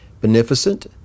beneficent